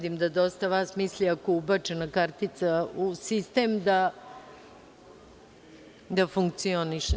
Vidim da dosta vas misli ako je ubačena kartica u sistem, da funkcioniše.